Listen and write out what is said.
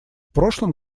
прошлом